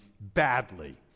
badly